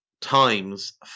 Times